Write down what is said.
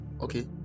okay